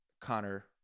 Connor